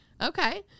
Okay